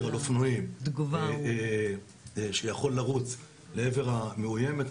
על אופנועים שיכול לרוץ אל עבר המאוימת,